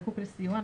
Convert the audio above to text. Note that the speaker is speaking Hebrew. זקוק לסיוע,